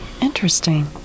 interesting